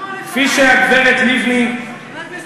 כמה עולה חלב?